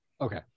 Okay